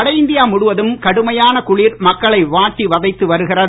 வடஇந்தியா முழுவதும் கடுமையான குளிர் மக்களை வாட்டி வதைத்து வருகிறது